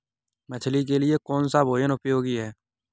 मछली के लिए कौन सा भोजन उपयोगी है?